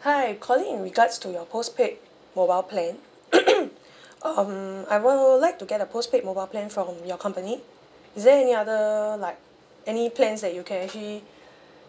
hi calling in regards to your postpaid mobile plan um I would like to get a postpaid mobile plan from your company is there any other like any plans that you can actually